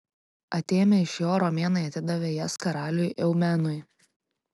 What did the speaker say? atėmę iš jo romėnai atidavė jas karaliui eumenui